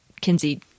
Kinsey